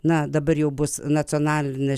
na dabar jau bus nacionalinė